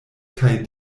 kaj